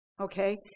Okay